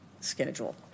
schedule